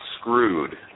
screwed